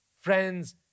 Friends